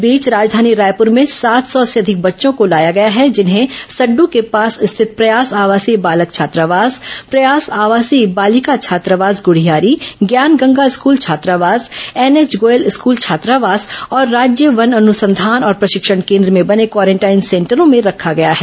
इस बीच राजधानी रायपुर में सात सौ से अधिक बच्चों को लाया गया है जिन्हें सड़डू के पास स्थित प्रयास आवासीय बालक छात्रावास प्रयास आवासीय बालिका छात्रावास गुढियारी ज्ञान गंगा स्कूल छात्रावास एनएच गोयल स्कूल छात्रावास और राज्य वन अनुसंधान और प्रशिक्षण केन्द्र में बने क्वारेंटाइन सेंटरों में रखा गया है